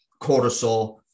cortisol